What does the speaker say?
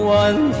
one